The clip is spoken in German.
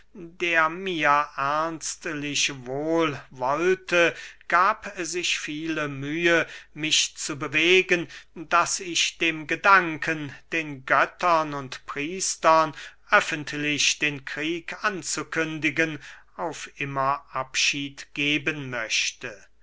der mir ernstlich wohl wollte gab sich viele mühe mich zu bewegen daß ich dem gedanken den göttern und priestern öffentlich den krieg anzukündigen auf immer abschied geben möchte